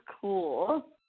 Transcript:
cool